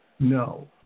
No